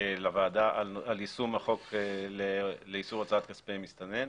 לוועדה על יישום החוק לאיסור הוצאת כספי מסתנן.